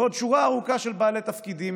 ועוד שורה ארוכה של בעלי תפקידים,